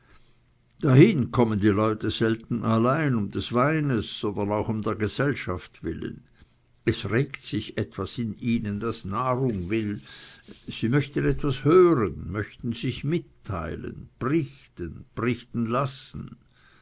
dahin kommen die leute selten allein um des weines sondern auch um der gesellschaft willen es regt sich etwas in ihnen das nahrung will sie möchten etwas hören möchten sich mitteilen brichten brichten lassen